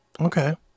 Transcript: okay